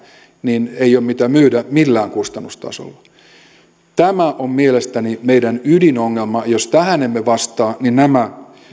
niin ei ole mitä myydä millään kustannustasolla tämä on mielestäni meidän ydinongelma jos tähän emme vastaa niin nämä